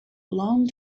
long